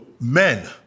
men